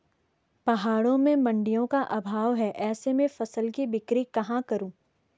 पहाड़ों में मडिंयों का अभाव है ऐसे में फसल की बिक्री कहाँ करूँ?